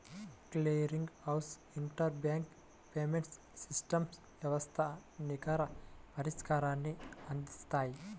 clearing house inter bank payments system వ్యవస్థలు నికర పరిష్కారాన్ని అందిత్తాయి